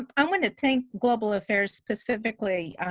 um i want to thank global affairs specifically,